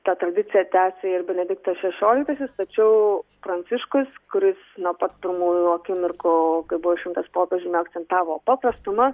tą tradiciją tęsė ir benediktas šešioliktasis tačiau pranciškus kuris nuo pat pirmųjų akimirkų kai buvo išrinktas popiežiumi akcentavo paprastumą